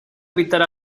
evitar